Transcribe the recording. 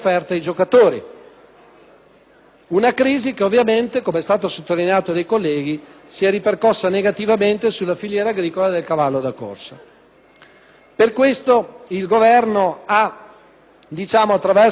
Una crisi che ovviamente - com'è stato sottolineato dai colleghi - si è ripercossa negativamente sulla filiera agricola del cavallo da corsa. Per questo motivo, il Governo, attraverso questo provvedimento,